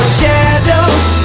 shadows